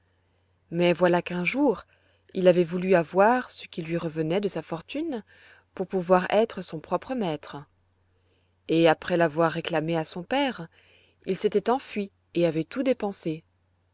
mais voilà qu'un jour il avait voulu avoir ce qui lui revenait de sa fortune pour pouvoir être son propre maître et après l'avoir réclamé à son père il s'était enfui et avait tout dépensé